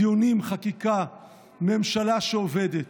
דיונים, חקיקה, ממשלה שעובדת,